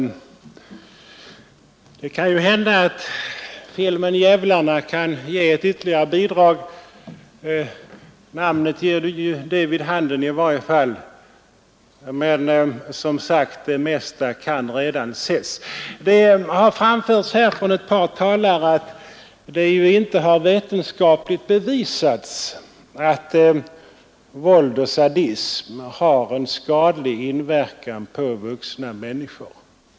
Det kan hända att filmen Djävlarna kan vara ett ytterligare bidrag — namnet ger det vid handen i varje fall. Och, som sagt, det mesta kan redan ses. Det har här framförts av ett par talare att det inte vetenskapligt bevisats att våld och sadism har en skadlig inverkan på vuxna människor.